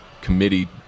committee